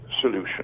solution